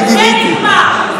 זה נגמר.